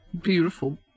beautiful